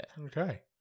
okay